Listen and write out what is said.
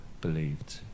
believed